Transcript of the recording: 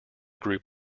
group